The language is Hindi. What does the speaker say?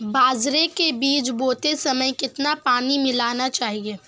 बाजरे के बीज बोते समय कितना पानी मिलाना चाहिए?